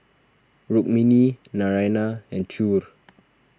Rukmini Naraina and Choor